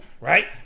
right